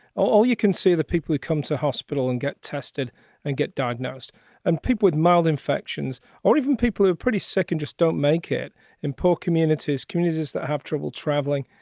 oh, you can see the people who come to hospital and get tested and get diagnosed and people with mild infections or even people who are pretty sick and don't make it in poor communities, communities that have trouble traveling.